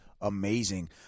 amazing